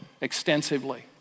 extensively